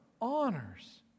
honors